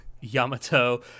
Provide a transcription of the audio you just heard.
Yamato